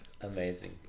amazing